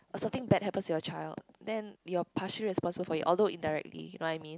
or something bad happens to your child then you're partially responsible for it although indirectly you know what I mean